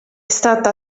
stata